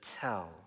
tell